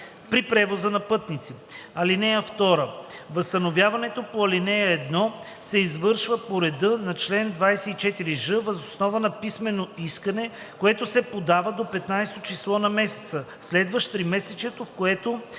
при превоза на пътници.